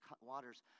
waters